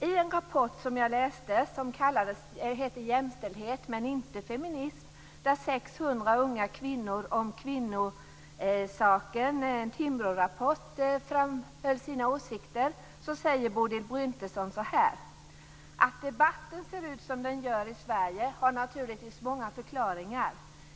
I en rapport som jag läste som hette Jämställdhet men inte feminism - 600 unga kvinnor om kvinnosaken, Timbro, säger Bodil Bryntesson så här: Att debatten ser ut som den gör i Sverige har naturligtvis många förklaringar.